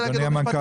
אדוני המנכ"ל,